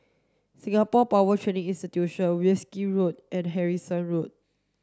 Singapore Power Training Institute Wolskel Road and Harrison Road